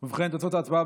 ובכן, תוצאות ההצבעה